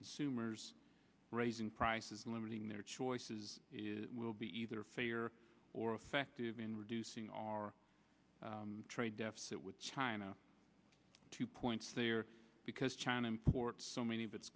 consumers raising prices limiting their choices will be either figure or effective in reducing our trade deficit with china two points there because china imports so many of its